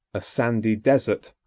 a sandy desert,